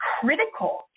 critical